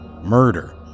murder